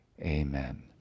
Amen